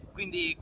Quindi